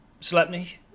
Slapney